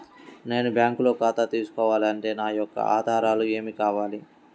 నేను బ్యాంకులో ఖాతా తీసుకోవాలి అంటే నా యొక్క ఆధారాలు ఏమి కావాలి?